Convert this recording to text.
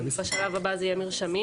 ובשלב הבא זה יהיה מרשמים.